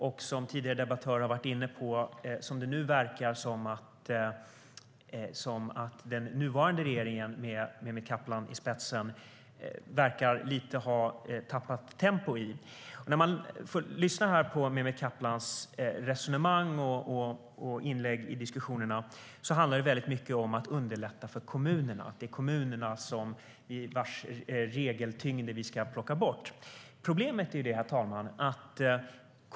Men som tidigare debattörer har varit inne på verkar det som att den nuvarande regeringen med Mehmet Kaplan i spetsen har tappat tempo i denna fråga. Mehmet Kaplans resonemang och inlägg i diskussionerna handlar mycket om att underlätta för kommunerna. Det är kommunernas regeltyngd som ska plockas bort.